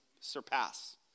surpass